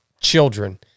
children